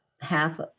half